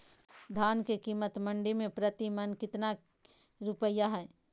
धान के कीमत मंडी में प्रति मन कितना रुपया हाय?